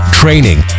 training